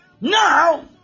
Now